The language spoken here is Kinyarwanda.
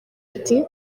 ati